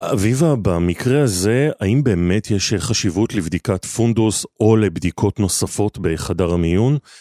אביבה, במקרה הזה, האם באמת יש חשיבות לבדיקת פונדוס או לבדיקות נוספות בחדר המיון?